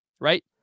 right